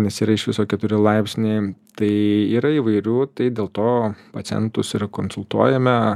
nes yra iš viso keturi laipsniai tai yra įvairių tai dėl to pacientus ir konsultuojame